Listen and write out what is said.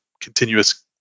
continuous